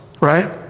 right